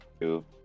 two